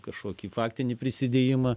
kašokį faktinį prisidėjimą